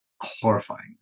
horrifying